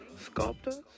sculptors